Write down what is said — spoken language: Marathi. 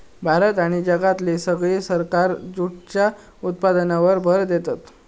भारत आणि जगातली सगळी सरकारा जूटच्या उत्पादनावर भर देतत